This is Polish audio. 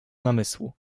namysłu